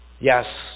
yes